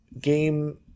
Game